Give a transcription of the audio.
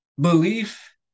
belief